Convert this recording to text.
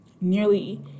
Nearly